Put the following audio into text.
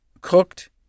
cooked